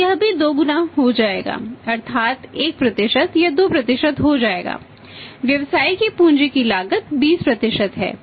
तो यह भी दोगुना हो जाएगा अर्थात 1 यह 2 हो जाएगा व्यवसाय की पूंजी की लागत 20 है